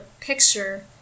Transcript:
picture